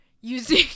using